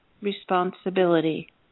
responsibility